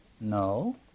No